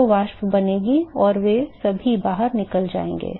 तो वाष्प बनेगी और वे सभी बाहर निकल जाएंगे